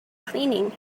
cleaning